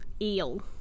eel